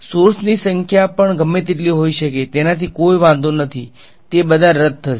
source ની સંખ્યા પણ ગમે તેટલી હોઇ શકે તેનાથી કોઈ વાંધો નથી તે બધા રદ થશે